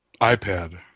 iPad